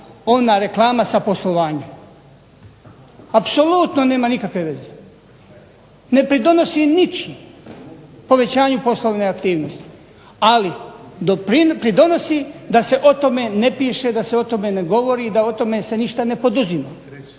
ona reklama sa poslovanjem? Apsolutno nema nikakve veze. Ne pridonosi ničim, povećanju poslovene aktivnosti. Ali pridonosi da se o tome ne piše, da se o tome ne govori, da se o tome ništa ne poduzima.